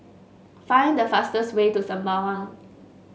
find the fastest way to Sembawang